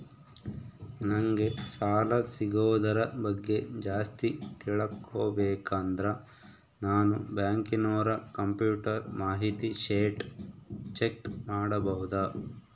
ನಂಗೆ ಸಾಲ ಸಿಗೋದರ ಬಗ್ಗೆ ಜಾಸ್ತಿ ತಿಳಕೋಬೇಕಂದ್ರ ನಾನು ಬ್ಯಾಂಕಿನೋರ ಕಂಪ್ಯೂಟರ್ ಮಾಹಿತಿ ಶೇಟ್ ಚೆಕ್ ಮಾಡಬಹುದಾ?